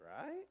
right